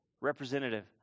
representative